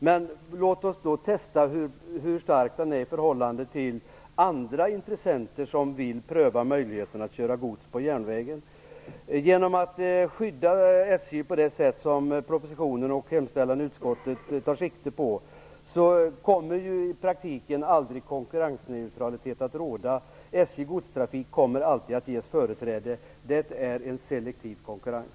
Men låt oss då testa hur starkt SJ är i förhållande till andra intressenter som vill pröva möjligheten att köra gods på järnvägen. Genom att skydda SJ på det sätt som man tar sikte på i propositionen och i hemställan i utskottets betänkande kommer i praktiken aldrig konkurrensneutralitet att råda. SJ:s godstrafik kommer alltid att ges företräde. Det är en selektiv konkurrens.